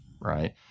Right